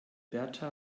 berta